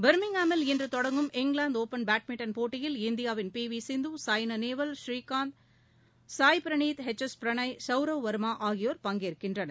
பர்மிங்காமில் இன்றுதொடங்கும் இங்கிலாந்துடுபன் badminton போட்டயில் இந்தியாவின் P V Sindhu Saina Nehwal Srikanth Sai Praneeth H S Prannoy Sourav வர்மாஆகியோர் பங்கேற்றனர்